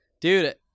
Dude